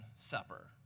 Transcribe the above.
supper